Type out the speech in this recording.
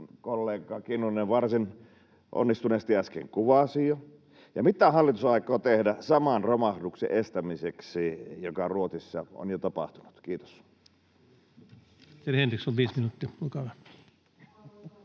tuplakollega Kinnunen varsin onnistuneesti äsken jo kuvasi? Ja mitä hallitus aikoo tehdä saman romahduksen estämiseksi, joka Ruotsissa on jo tapahtunut? — Kiitos.